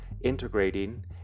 integrating